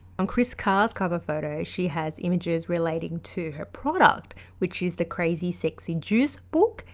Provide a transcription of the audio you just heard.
on kris car's cover photo she has images relating to her product which is the crazy sexy juice book,